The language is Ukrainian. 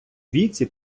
віці